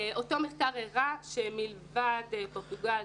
אותו מחקר הראה שמלבד פורטוגל,